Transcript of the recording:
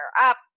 up